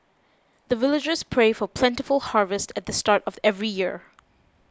the villagers pray for plentiful harvest at the start of every year